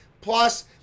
Plus